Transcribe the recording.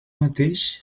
mateix